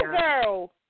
girl